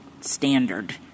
standard